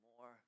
more